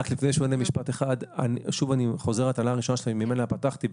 אני חוזר לטענה הראשונה שממנה פתחתי,